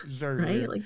Right